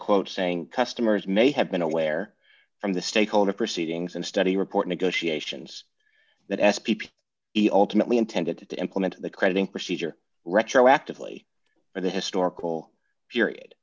quote saying customers may have been aware from the stakeholder proceedings and study report negotiations that s p p ultimately intended to implement the crediting procedure retroactively for the historical period